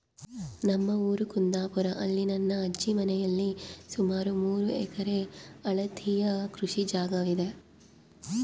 ನಮ್ಮ ಊರು ಕುಂದಾಪುರ, ಅಲ್ಲಿ ನನ್ನ ಅಜ್ಜಿ ಮನೆಯಲ್ಲಿ ಸುಮಾರು ಮೂರು ಎಕರೆ ಅಳತೆಯ ಕೃಷಿ ಜಾಗವಿದೆ